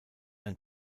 ein